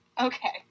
Okay